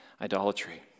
Idolatry